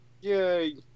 Yay